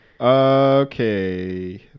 Okay